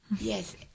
Yes